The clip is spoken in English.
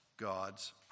god's